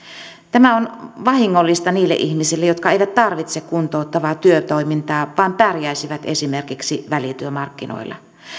tämä on vahingollista niille ihmisille jotka eivät tarvitse kuntouttavaa työtoimintaa vaan pärjäisivät esimerkiksi välityömarkkinoilla